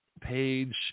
page